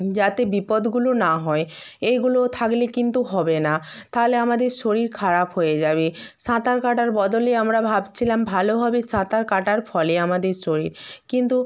যাতে বিপদগুলো না হয় এইগুলো থাকলে কিন্তু হবে না তাহলে আমাদের শরীর খারাপ হয়ে যাবে সাঁতার কাটার বদলে আমরা ভাবছিলাম ভালো হবে সাঁতার কাটার ফলে আমাদের শরীর কিন্তু